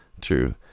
true